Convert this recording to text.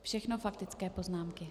Všechno faktické poznámky.